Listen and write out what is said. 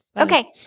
Okay